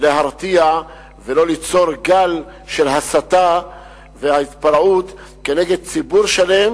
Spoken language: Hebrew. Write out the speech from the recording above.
להרתיע ולא ליצור גל של הסתה והתפרעות כנגד ציבור שלם,